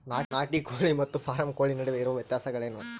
ನಾಟಿ ಕೋಳಿ ಮತ್ತು ಫಾರಂ ಕೋಳಿ ನಡುವೆ ಇರುವ ವ್ಯತ್ಯಾಸಗಳೇನು?